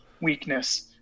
weakness